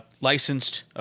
licensed